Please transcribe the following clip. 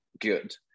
good